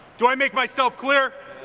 do i make myself clear?